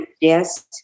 yes